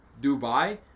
Dubai